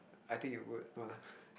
I think you would no lah